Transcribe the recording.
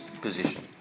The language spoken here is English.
position